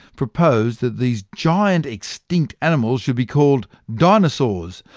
proposed that these giant extinct animals should be called dinosaurs,